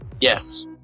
Yes